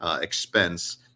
expense